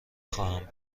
خواهند